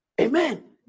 Amen